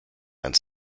and